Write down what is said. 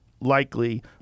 likely